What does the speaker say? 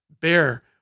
bear